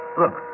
look